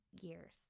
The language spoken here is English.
years